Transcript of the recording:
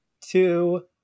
two